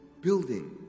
building